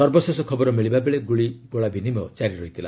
ସର୍ବଶେଷ ଖବଳ ମିଳିବା ବେଳେ ଗୁଳିଗୋଳା ବିନିମୟ ଜାରି ଥିଲା